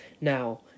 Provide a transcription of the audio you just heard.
Now